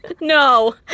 No